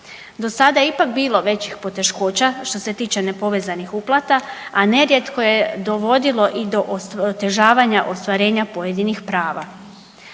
Do sada je ipak bilo većih poteškoća što se tiče nepovezanih uplata, a nerijetko je dovodilo i do otežavanja ostvarenja pojedinih prava.